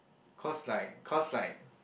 cause like cause like